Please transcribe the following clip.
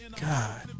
god